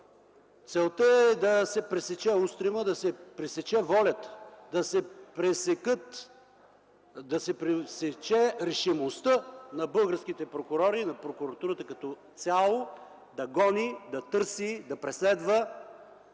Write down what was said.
Целта е да се пресече устремът, да се пресече волята, да се пресече решимостта на българските прокурори и на прокуратурата като цяло да гони, да търси, да преследва.